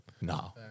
No